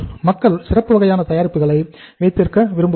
மக்கள் சிறப்பு வகையான தயாரிப்புகளை வைத்திருக்க விரும்புகிறார்கள்